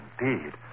indeed